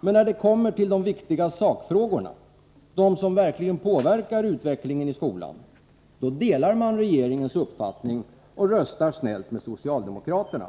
Men när det kommer till de viktiga sakfrågorna, de som verkligen påverkar utvecklingen i skolan, delar man regeringens uppfattning och röstar snällt med socialdemokraterna.